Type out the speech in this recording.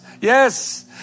yes